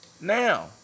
Now